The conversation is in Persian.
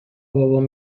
بابام